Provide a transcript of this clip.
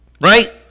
Right